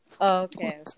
Okay